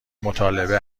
مطالبه